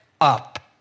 up